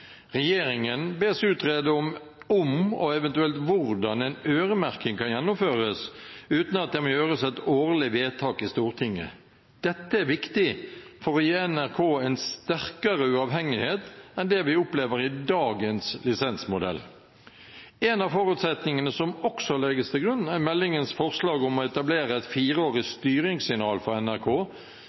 Regjeringen bes utrede om og eventuelt hvordan en øremerking kan gjennomføres uten at det må gjøres et årlig vedtak i Stortinget. Dette er viktig for å gi NRK en sterkere uavhengighet enn det vi opplever i dagens lisensmodell. En av forutsetningene som også legges til grunn, er meldingens forslag om å etablere et fireårig styringssignal for NRK